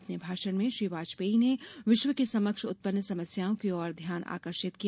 अपने भाषण में श्री वाजपेयी ने विश्व के समक्ष उत्पन्न समस्याओं की ओर ध्यान आकर्षित किया